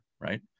right